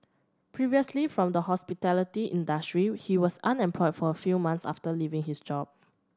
previously from the hospitality industry he was unemployed for few months after leaving his job